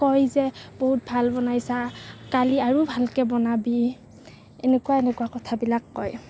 কয় যে বহুত ভাল বনাইছা কালি আৰু ভালকৈ বনাবি এনেকুৱা এনেকুৱা কথাবিলাক কয়